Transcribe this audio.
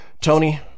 Tony